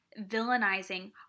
villainizing